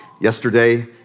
Yesterday